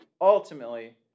ultimately